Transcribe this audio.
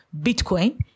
Bitcoin